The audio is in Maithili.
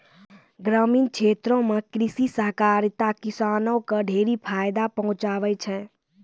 ग्रामीण क्षेत्रो म कृषि सहकारिता किसानो क ढेरी फायदा पहुंचाबै छै